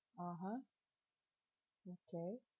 (uh huh) okay